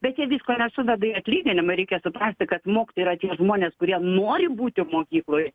bet jie visko nesuveda į atlyginimą reikia suprasti kad mokytojai yra tie žmonės kurie nori būti mokykloj